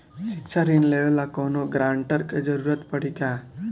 शिक्षा ऋण लेवेला कौनों गारंटर के जरुरत पड़ी का?